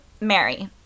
Mary